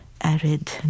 arid